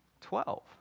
Twelve